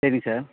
சரி சார்